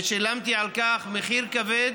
ושילמתי על כך מחיר כבד: